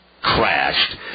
crashed